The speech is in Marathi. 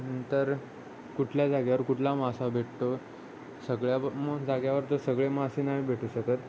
नंतर कुठल्या जागेवर कुठला मासा भेटतो सगळ्या जागेवर तर सगळे मासे नाही भेटू शकत